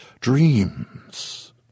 dreams